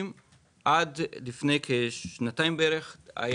יש את תמ"א